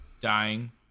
dying